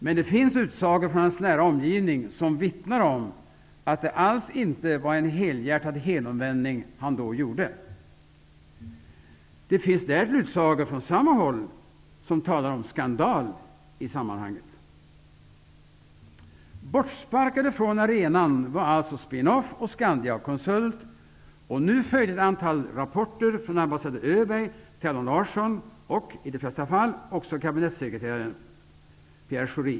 Men det finns utsagor från hans nära omgivning som vittnar om att det alls inte var en helhjärtad helomvändning han då gjorde. Det finns därtill utsagor från samma håll som talar om skandal i sammanhanget. Scandiaconsult. Nu följde ett antal rapporter från ambassadör Öberg till Allan Larsson och -- i de flesta fall -- också kabinettssekreteraren Pierre Schori.